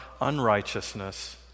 unrighteousness